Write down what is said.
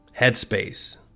Headspace